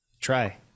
Try